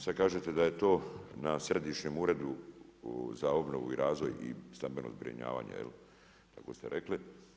Sada kažete da je to na Središnjem uredu za obnovu i razvoj i stambeno zbrinjavanje, tako ste rekli.